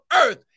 earth